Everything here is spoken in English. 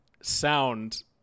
sound